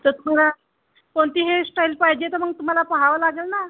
तर तुला कोणती हेअरस्टाईल पाहिजे तर मग तुम्हाला पहावं लागेल ना